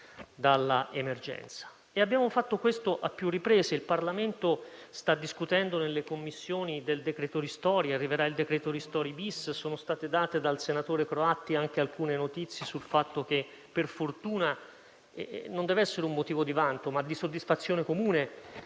dall'emergenza, e abbiamo fatto questo a più riprese. Il Parlamento sta discutendo nelle Commissioni del decreto ristori; arriverà il decreto ristori *bis*; sono state date dal senatore Croatti anche alcune notizie sul fatto che per fortuna - deve essere un motivo non di vanto, ma di soddisfazione comune